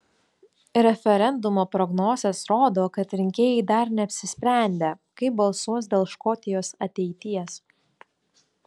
referendumo prognozės rodo kad rinkėjai dar neapsisprendę kaip balsuos dėl škotijos ateities